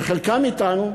שחלקם אתנו,